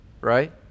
right